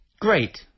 Great